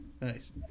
Nice